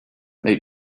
made